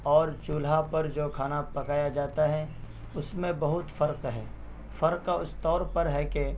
اور چولہا پر جو کھانا پکایا جاتا ہے اس میں بہت پر فرق ہے فرق اس طور پر ہے کہ